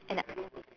and